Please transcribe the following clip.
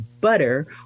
butter